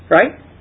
Right